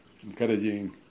encouraging